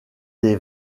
ces